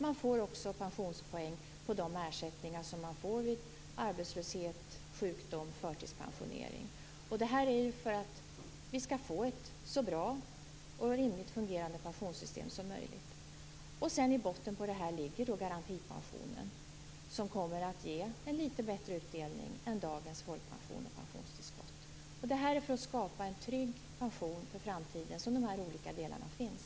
Man får också pensionspoäng på de ersättningar man får vid arbetslöshet, sjukdom och förtidspensionering. Det är för att få ett så bra och rimligt fungerande pensionssystem som möjligt. I botten på detta ligger garantipensionen. Den kommer att ge litet bättre utdelning än dagens folkpension och pensionstillskott. Det är för att skapa en trygg pension för framtiden som de olika delarna finns.